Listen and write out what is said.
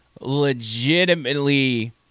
legitimately